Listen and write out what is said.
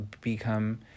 become